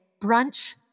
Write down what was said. Brunch